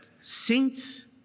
saints